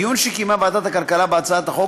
ביון שקיימה ועדת הכלכלה בהצעת החוק